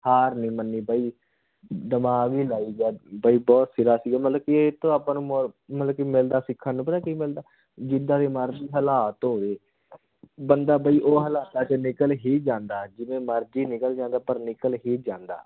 ਹਾਰ ਨਹੀਂ ਮੰਨੀ ਬਈ ਦਿਮਾਗ ਹੀ ਲਾਈ ਗਿਆ ਬਈ ਬਹੁਤ ਸਿਰਾ ਸੀਗਾ ਮਤਲਬ ਕਿ ਇਹਤੋਂ ਆਪਾਂ ਨੂੰ ਮੋ ਮਤਲਬ ਕਿ ਮਿਲਦਾ ਸਿੱਖਣ ਨੂੰ ਪਤਾ ਕਿ ਮਿਲਦਾ ਜਿੱਦਾਂ ਦੀ ਮਰਜੀ ਹਾਲਾਤ ਹੋਵੇ ਬੰਦਾ ਬਈ ਉਹ ਹਾਲਾਤਾਂ 'ਚੋਂ ਨਿਕਲ ਹੀ ਜਾਂਦਾ ਜਿਵੇਂ ਮਰਜ਼ੀ ਨਿਕਲ ਜਾਂਦਾ ਪਰ ਨਿਕਲ ਹੀ ਜਾਂਦਾ